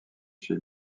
chez